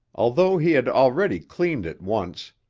although he had already cleaned it once,